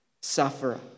sufferer